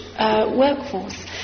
workforce